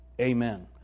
amen